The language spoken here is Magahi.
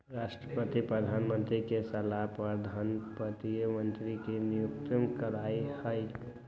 राष्ट्रपति प्रधानमंत्री के सलाह पर धन संपत्ति मंत्री के नियुक्त करा हई